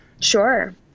Sure